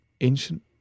ancient